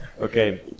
Okay